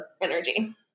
energy